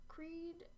Creed